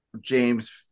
James